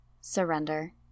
surrender